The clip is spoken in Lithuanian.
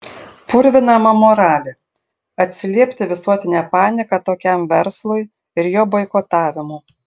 purvinama moralė atsiliepti visuotine panieka tokiam verslui ir jo boikotavimu